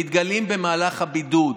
הם מתגלים במהלך הבידוד,